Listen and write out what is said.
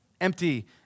Empty